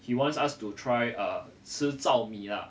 he wants us to try err 吃糙米啦